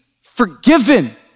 forgiven